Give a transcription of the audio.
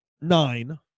nine